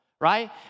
Right